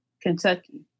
Kentucky